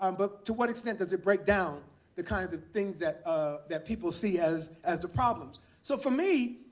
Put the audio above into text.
um but to what extent does it break down the kinds of things that that people see as as the problems? so for me,